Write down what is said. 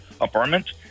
apartment